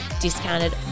discounted